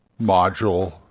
module